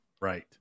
Right